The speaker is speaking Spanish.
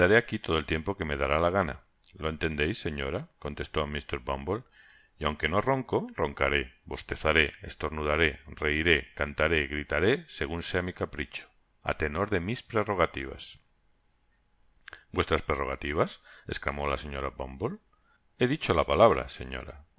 aqui todo el tiempo que me dará la gana lo entendeis señora contestó mr bumble y aun que no ron co roncaré bostezaré estornudaré reiré cantaré gritaré segun sea mi capricho á tenor de mis prerrogativas vuestras prerrogativas esclamó la señora bumble he dicho la palabra señora